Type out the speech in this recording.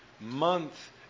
month